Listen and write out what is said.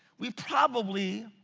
we probably